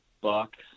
bucks